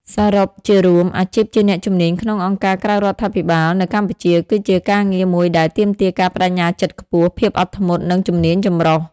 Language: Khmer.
សរុបជារួម អាជីពជាអ្នកជំនាញក្នុងអង្គការក្រៅរដ្ឋាភិបាល នៅកម្ពុជា គឺជាការងារមួយដែល ទាមទារការប្តេជ្ញាចិត្តខ្ពស់ ភាពអត់ធ្មត់ និងជំនាញចម្រុះ ។